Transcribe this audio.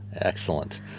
Excellent